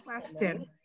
question